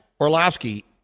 Orlovsky